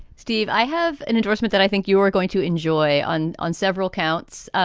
steve? i have an endorsement that i think you are going to enjoy on on several counts. ah